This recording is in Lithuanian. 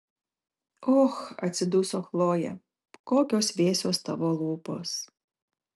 och atsiduso chlojė kokios vėsios tavo lūpos